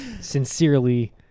Sincerely